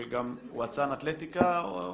שהוא גם אצן אתלטיקה לשעבר.